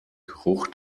geruch